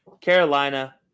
Carolina